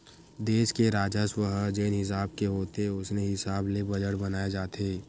देस के राजस्व ह जेन हिसाब के होथे ओसने हिसाब ले बजट बनाए जाथे